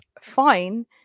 fine